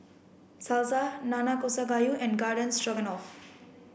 Salsa Nanakusa Gayu and Garden Stroganoff